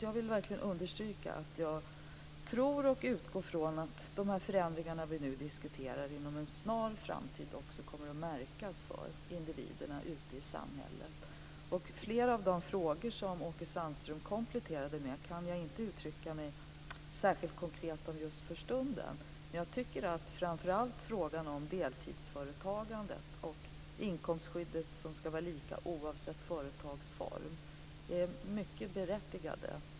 Jag vill verkligen understryka att jag tror och utgår ifrån att de förändringar som vi nu diskuterar inom en snar framtid också kommer att märkas för individerna ute i samhället. Just för stunden kan jag inte säga något särskilt konkret om flera av de frågor som Åke Sandström kompletterade med. Men framför allt frågan om deltidsföretagandet och frågan om inkomstskyddet som ska vara lika oavsett företagsform är mycket berättigade.